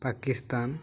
Pakistan